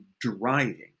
driving